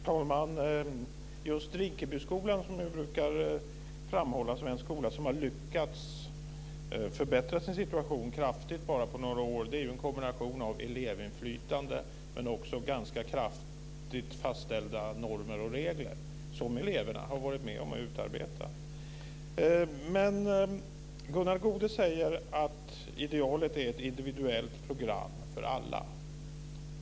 Herr talman! Just Rinkebyskolan brukar framhållas som en skola som har lyckats förbättra sin situation kraftigt på bara några år. Där är det ju en kombination av elevinflytande och ganska kraftigt fastställda normer och regler som eleverna har varit med om att utarbeta. Gunnar Goude säger att idealet är ett individuellt program för alla.